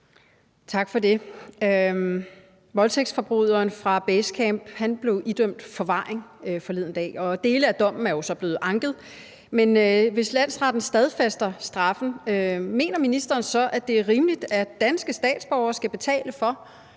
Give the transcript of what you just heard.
Tak for det. Voldtægtsforbryderen fra Basecamp blev idømt forvaring forleden dag, og dele af dommen er jo så blevet anket. Men hvis landsretten stadfæster straffen, mener ministeren så, at det er rimeligt, at danske statsborgere skal betale for,